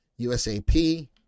USAP